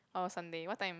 or Sunday what time